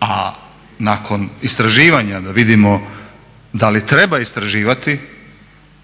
A nakon istraživanja da vidimo da li treba istraživati